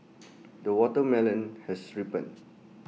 the watermelon has ripened